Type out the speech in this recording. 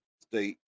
state